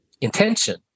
intention